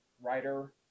writer